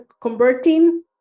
converting